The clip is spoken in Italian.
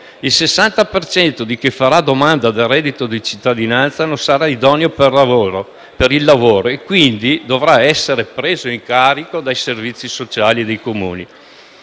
cento di chi farà domanda del reddito di cittadinanza non sarà idoneo per il lavoro e, quindi, dovrà essere preso in carico dai servizi sociali dei Comuni.